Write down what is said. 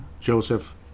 Joseph